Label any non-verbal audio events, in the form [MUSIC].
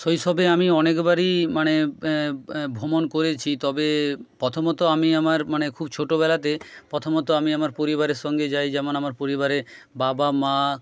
শৈশবে আমি অনেকবারই মানে [UNINTELLIGIBLE] ভ্রমণ করেছি তবে প্রথমত আমি আমার মানে খুব ছোটোবেলাতে প্রথমত আমি আমার পরিবারের সঙ্গে যাই যেমন আমার পরিবারে বাবা মা